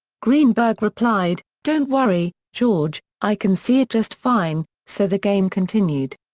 greenberg replied, don't worry, george, i can see it just fine, so the game continued.